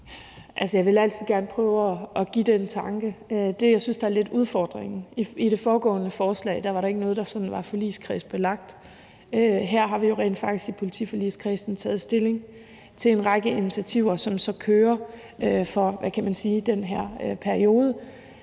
jeg vil altid gerne prøve at give det en tanke. Det, jeg synes lidt er udfordringen, er, at der i det foregående forslag ikke var noget, der sådan var låst af en forligskreds, men her har vi jo rent faktisk i politiforligskredsen taget stilling til en række initiativer, som så kører for den her periode.